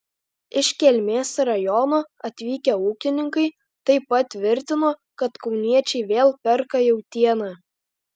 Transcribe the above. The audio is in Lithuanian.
iš kelmės rajono atvykę ūkininkai taip pat tvirtino kad kauniečiai vėl perka jautieną